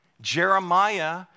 Jeremiah